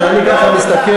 כשאני ככה מסתכל,